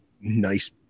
nice